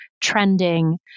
trending